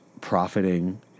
profiting